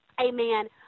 Amen